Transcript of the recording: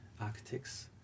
architects